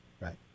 Right